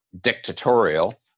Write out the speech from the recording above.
dictatorial